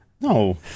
No